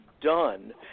done